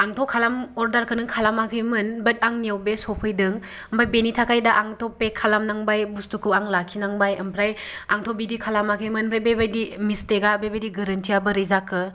आंथ' खालाम अर्डारखौनो खालामाखैमोन बाट आंनिआव बे सफैदों ओमफ्राय बेनि थाखाय आंथ' दा पे खालामनांबाय बुस्तुखौ आं लाखिनांबाय ओमफ्राय आंथ' बिदि खालामाखैमोन ओमफ्राय बेबायदि मिस्टेका बेबायदि गोरोन्थिआ बोरै जाखो